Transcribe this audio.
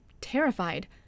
terrified